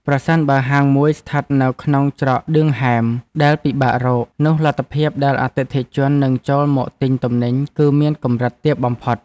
ប្រសិនបើហាងមួយស្ថិតនៅក្នុងច្រកឌឿមហែមដែលពិបាករក នោះលទ្ធភាពដែលអតិថិជននឹងចូលមកទិញទំនិញគឺមានកម្រិតទាបបំផុត។